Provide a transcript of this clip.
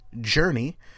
Journey